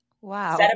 Wow